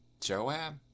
Joab